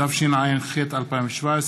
התשע"ח 2017,